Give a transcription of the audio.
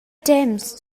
temps